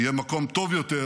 יהיה מקום טוב יותר,